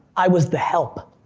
i was the help.